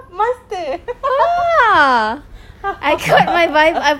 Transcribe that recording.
master eh